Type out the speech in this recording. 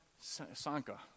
Sanka